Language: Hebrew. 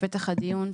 בפתח הדיון,